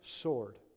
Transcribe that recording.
sword